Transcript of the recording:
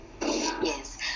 Yes